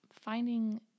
finding